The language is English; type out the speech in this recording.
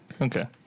okay